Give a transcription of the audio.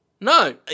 No